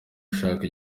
ashaka